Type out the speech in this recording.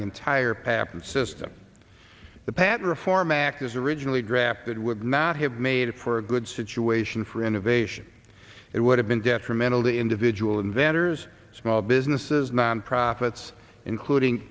the entire pap and system the patent reform act as originally drafted would not have made for a good situation for innovation it would have been detrimental to individual inventors small businesses non profits including